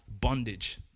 bondage